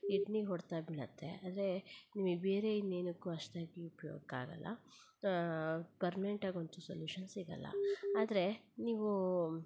ಕಿಡ್ನಿಗೆ ಹೊಡೆತ ಬೀಳತ್ತೆ ಆದರೆ ನಿಮಗೆ ಬೇರೆ ಇನ್ನೇನಕ್ಕೂ ಅಷ್ಟಾಗಿ ಉಪ್ಯೋಗಕ್ಕೆ ಆಗಲ್ಲ ಪರ್ಮ್ನೆಂಟಾಗಿ ಅಂತೂ ಸೊಲ್ಯೂಷನ್ ಸಿಗಲ್ಲ ಆದರೆ ನೀವು